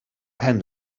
pen